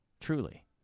truly